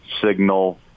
signal